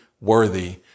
worthy